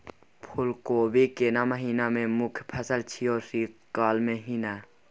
फुल कोबी केना महिना के मुखय फसल छियै शीत काल के ही न?